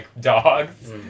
dogs